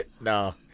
No